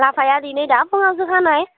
लाफाया दिनै दा फुङावसो खानाय